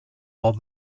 all